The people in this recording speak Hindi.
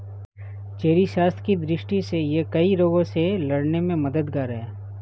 चेरी स्वास्थ्य की दृष्टि से यह कई रोगों से लड़ने में मददगार है